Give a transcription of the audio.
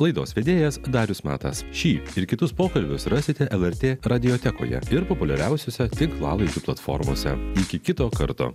laidos vedėjas darius matas šį ir kitus pokalbius rasite lrt radijo teko ją ir populiariausiose tinklalaidžių platformose iki kito karto